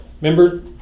Remember